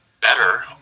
better